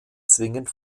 zwingend